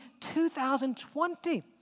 2020